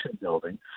building